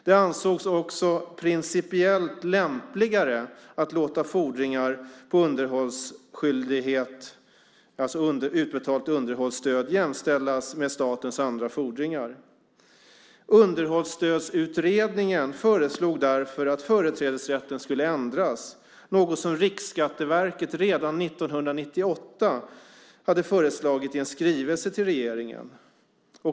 Det ansågs också principiellt lämpligare att låta fordringar på utbetalt underhållsstöd jämställas med statens andra fordringar. Underhållsstödsutredningen föreslog därför att företrädesrätten skulle ändras, något som Riksskatteverket redan 1998 hade föreslagit i en skrivelse till regeringen.